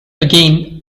again